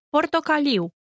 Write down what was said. Portocaliu